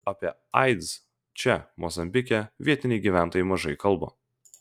apie aids čia mozambike vietiniai gyventojai mažai kalba